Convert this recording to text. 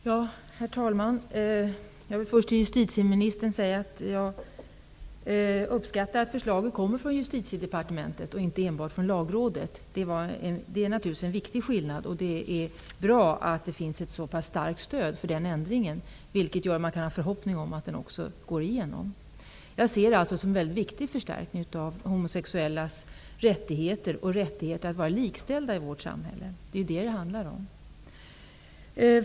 Herr talman! Jag vill först till justitieministern säga att jag uppskattar att förslaget kommer från Justitiedepartementet och inte enbart från Lagrådet. Det är naturligtvis en viktig skillnad. Det är bra att det finns ett så pass starkt stöd för den ändringen, vilket gör att man kan ha förhoppningen att den också går igenom. Jag ser det som en mycket viktig förstärkning av de homosexuellas rättigheter att vara likställda i vårt samhälle. Det är vad det handlar om.